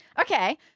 Okay